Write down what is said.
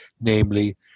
namely